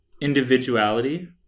individuality